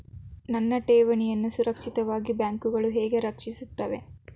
ನನ್ನ ಠೇವಣಿಯನ್ನು ಸುರಕ್ಷಿತವಾಗಿ ಬ್ಯಾಂಕುಗಳು ಹೇಗೆ ರಕ್ಷಿಸುತ್ತವೆ?